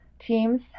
teams